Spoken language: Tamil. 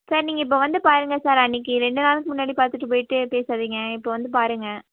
சார் நீங்கள் இப்போ வந்து பாருங்கள் சார் அன்னிக்கு ரெண்டு நாள்க்கு முன்னாடி பார்த்துட்டு போயிகிட்டே பேசாதீங்க இப்போ வந்து பாருங்கள்